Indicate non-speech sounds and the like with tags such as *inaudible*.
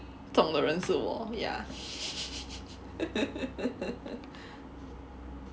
中的人是我 ya *laughs*